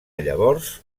llavors